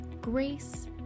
Grace